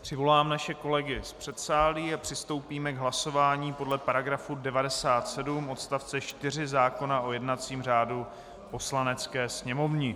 Přivolám naše kolegy z předsálí a přistoupíme k hlasování podle § 97 odst. 4 zákona o jednacím řádu Poslanecké sněmovny.